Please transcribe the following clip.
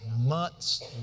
months